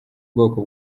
bwoko